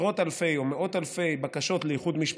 עשרות אלפי או מאות אלפי בקשות לאיחוד משפחות,